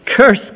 Curse